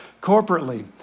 corporately